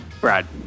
Brad